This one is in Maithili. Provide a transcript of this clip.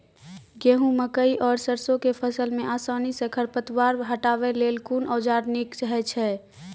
गेहूँ, मकई आर सरसो के फसल मे आसानी सॅ खर पतवार हटावै लेल कून औजार नीक है छै?